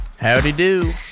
Howdy-do